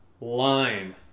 Line